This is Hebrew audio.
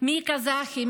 מי קזחי,